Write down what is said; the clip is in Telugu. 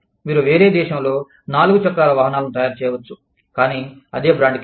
మీరు వేరే దేశంలో నాలుగు చక్రాల వాహనాలను తయారు చేయవచ్చు కానీ అదే బ్రాండ్ కింద